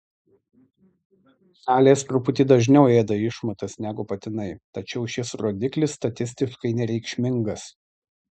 kalės truputį dažniau ėda išmatas negu patinai tačiau šis rodiklis statistiškai nereikšmingas